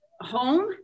home